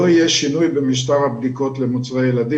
לא יהיה שינוי במשטר הבדיקות למוצרי ילדים.